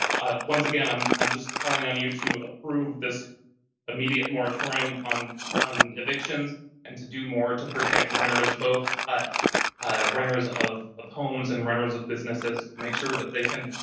ah once again, i'm i'm just calling on you to approve this immediate moratorium on on evictions and to do more to protect both ah ah renters of of homes and renters of businesses make sure that they can